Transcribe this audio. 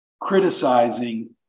criticizing